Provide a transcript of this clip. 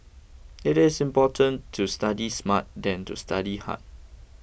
it is important to study smart than to study hard